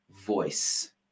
Voice